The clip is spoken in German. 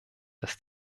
dass